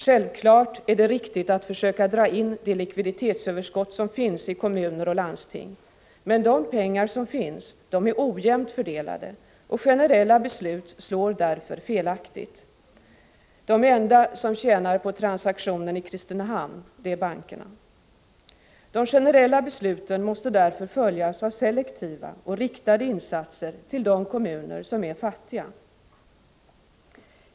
Självklart är det riktigt att försöka dra in de likviditetsöverskott som finns i kommuner och landsting, men de pengar som finns är ojämnt fördelade, och generella beslut slår därför felaktigt. De enda som tjänar på transaktionen i Kristinehamn är bankerna. De generella besluten måste därför följas av selektiva och riktade insatser till de kommuner som är fattiga.